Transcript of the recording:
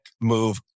move